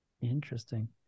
Interesting